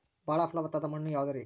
ಬಾಳ ಫಲವತ್ತಾದ ಮಣ್ಣು ಯಾವುದರಿ?